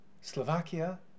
Slovakia